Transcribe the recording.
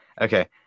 okay